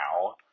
now